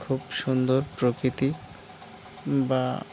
খুব সুন্দর প্রকৃতি বা